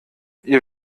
ihr